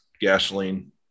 gasoline